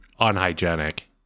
Unhygienic